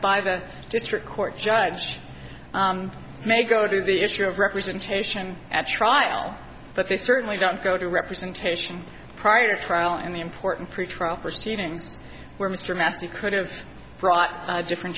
by the district court judge may go to the issue of representation at trial but they certainly don't go to representation prior to trial and the important pretrial proceedings were mr massey could have brought different